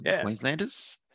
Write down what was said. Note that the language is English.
Queenslanders